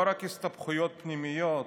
לא רק הסתבכויות פנימיות,